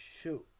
shoot